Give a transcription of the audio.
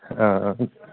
ആ ആ